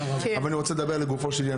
אבל אני רוצה לדבר לגופו של עניין.